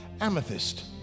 amethyst